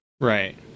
Right